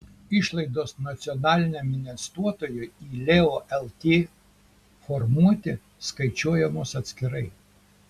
išlaidos nacionaliniam investuotojui į leo lt formuoti skaičiuojamos atskirai